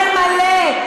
ממשלת ימין מלא מלא,